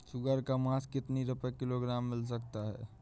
सुअर का मांस कितनी रुपय किलोग्राम मिल सकता है?